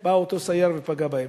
בא אותו סייר ופגע בהם.